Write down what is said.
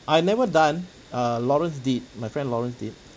I never done uh lawrence did my friend lawrence did